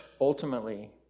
ultimately